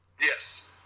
Yes